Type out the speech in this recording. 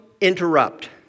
interrupt